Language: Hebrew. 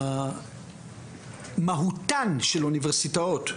מהותן של האוניברסיטאות,